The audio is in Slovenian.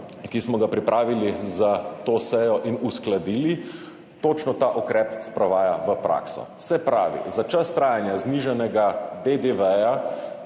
ki smo ga pripravili za to sejo in uskladili, točno ta ukrep sprovaja v prakso. Se pravi, za čas trajanja znižanega DDV